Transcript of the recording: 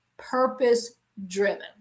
purpose-driven